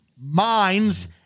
minds